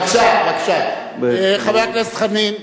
בבקשה, חבר הכנסת חנין.